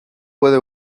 puede